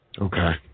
okay